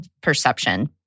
perception